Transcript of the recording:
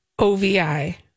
OVI